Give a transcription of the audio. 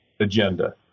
agenda